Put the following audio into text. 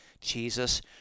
Jesus